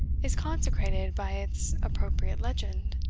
is consecrated by its appropriate legend,